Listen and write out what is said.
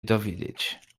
dowiedzieć